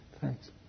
Thanks